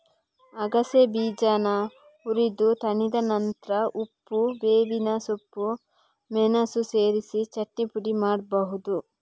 ಅಗಸೆ ಬೀಜಾನ ಹುರಿದು ತಣಿದ ನಂತ್ರ ಉಪ್ಪು, ಬೇವಿನ ಸೊಪ್ಪು, ಮೆಣಸು ಸೇರಿಸಿ ಚಟ್ನಿ ಪುಡಿ ಮಾಡ್ಬಹುದು